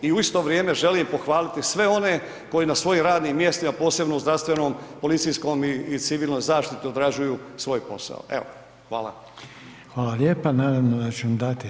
I u isto vrijeme želim pohvaliti sve one koji na svojim radnim mjestima, posebno u zdravstvenom, policijskom i civilnoj zaštiti odrađuju svoj posao.